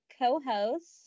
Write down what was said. co-hosts